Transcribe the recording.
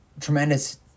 tremendous